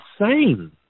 insane